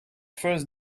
first